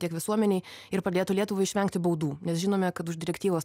tiek visuomenei ir padėtų lietuvai išvengti baudų nes žinome kad už direktyvos